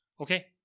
Okay